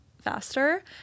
faster